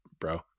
bro